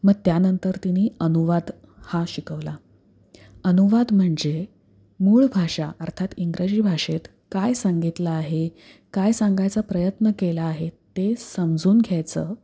मग त्यानंतर तिने अनुवाद हा शिकवला अनुवाद म्हणजे मूळ भाषा अर्थात इंग्रजी भाषेत काय संगितलं आहे काय सांगायचा प्रयत्न केला आहे ते समजून घ्यायचं